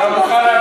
אתה מוכן,